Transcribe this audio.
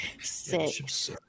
Six